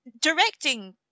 directing